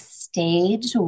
stage